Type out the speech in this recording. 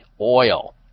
oil